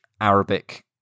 Arabic